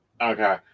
Okay